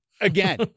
again